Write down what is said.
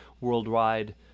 worldwide